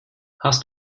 hast